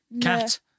Cat